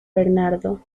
bernardo